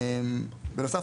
בנוסף,